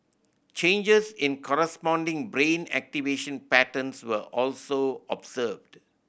changes in corresponding brain activation patterns were also observed